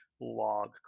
log